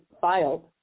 filed